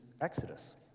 Exodus